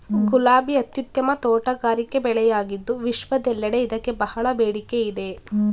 ಗುಲಾಬಿ ಅತ್ಯುತ್ತಮ ತೋಟಗಾರಿಕೆ ಬೆಳೆಯಾಗಿದ್ದು ವಿಶ್ವದೆಲ್ಲೆಡೆ ಇದಕ್ಕೆ ಬಹಳ ಬೇಡಿಕೆ ಇದೆ